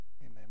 Amen